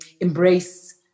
embrace